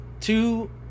two